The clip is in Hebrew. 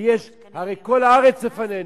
הרי כל הארץ לפנינו.